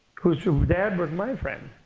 whose so dad was my friend.